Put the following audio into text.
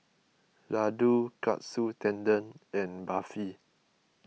Ladoo Katsu Tendon and Barfi